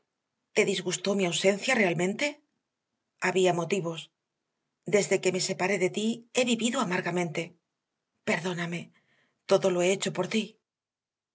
te disgustó mi ausencia realmente había motivos desde que me separé de ti he vivido amargamente perdóname todo lo he hecho por ti